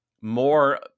more